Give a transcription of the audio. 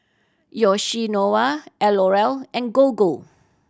Yoshinoya L'Oreal and Gogo